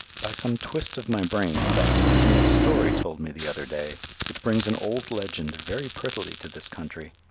by some twist of my brain that reminds me of a story told me the other day which brings an old legend very prettily to this country.